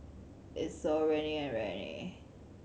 Isocal Rene and Rene